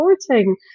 supporting